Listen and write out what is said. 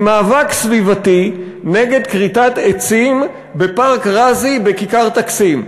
ממאבק סביבתי נגד כריתת עצים בפארק גאזי בכיכר טַקסים.